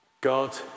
God